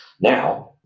now